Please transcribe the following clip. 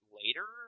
later